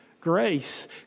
Grace